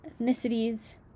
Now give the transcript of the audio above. ethnicities